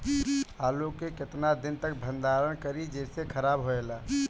आलू के केतना दिन तक भंडारण करी जेसे खराब होएला?